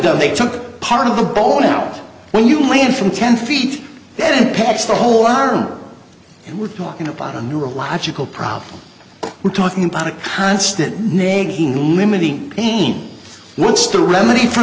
though they took part of the boat out when you land from ten feet then pets the whole arm and we're talking about a neurological problem we're talking about a constant nagin limiting pain what's the remedy for